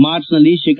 ಮಾರ್ಚ್ನಲ್ಲಿ ಶೇ